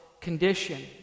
condition